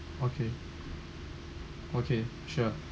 okay okay sure